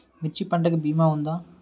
మిర్చి పంటకి భీమా ఉందా?